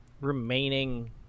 remaining